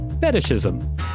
Fetishism